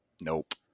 Nope